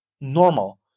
normal